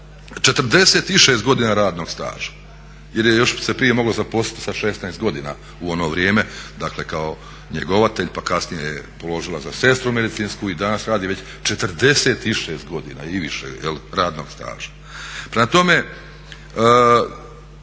46 godina radnog staža jer je još se prije moglo zaposliti sa 16 godina u ono vrijeme, dakle kao njegovatelj pa kasnije je položila za sestru medicinsku i danas radi već 46 godina i više radnog staža. Prema tome